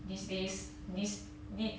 these days this thi~